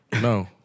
no